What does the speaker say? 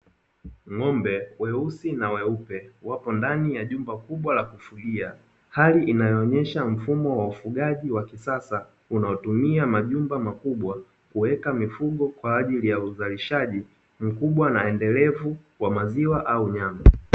Ng'ombe weusi na weupe wapo ndani ya jumba kubwa la kufugia, hali inayoonyesha mfumo wa ufugaji wa kisasa unaotumia majumba makubwa kuweka mifugo kwa ajili ya uzalishaji mkubwa na endelevu kwa maziwa au nyama.